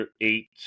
eight